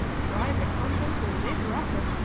try the contents of this wrapper!